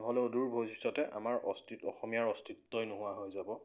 নহ'লে উদূৰ ভৈৱিষ্যতে আমাৰ অস্তিত অসমীয়াৰ অস্তিত্বই নোহোৱা হৈ যাব